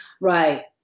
Right